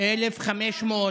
אחמד, איך אומרים קוזק בערבית, הא?